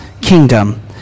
kingdom